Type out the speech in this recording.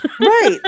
Right